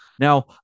Now